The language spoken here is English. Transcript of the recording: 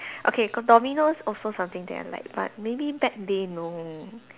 okay Domino's also something that I like but maybe bad day no